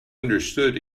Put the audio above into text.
understood